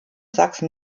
sachsen